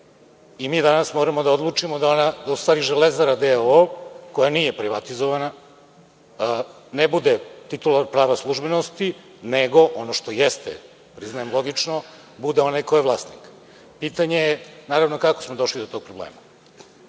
i mi danas moramo da odlučimo da „Železara“ d.o.o, koja nije privatizovana, ne bude titular prava službenosti, nego ono što jeste, priznajem logično, bude onaj ko je vlasnik. Pitanje je, naravno, kako smo došli do tog problema.